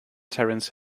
terence